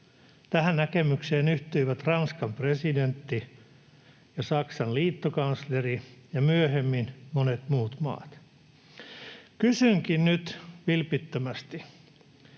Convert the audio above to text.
Tähän näkemykseen yhtyivät Ranskan presidentti ja Saksan liittokansleri ja myöhemmin monet muut maat. Kysynkin nyt vilpittömästi: